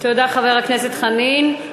תודה, חבר הכנסת חנין.